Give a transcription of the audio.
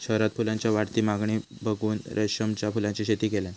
शहरात फुलांच्या वाढती मागणी बघून रमेशान फुलांची शेती केल्यान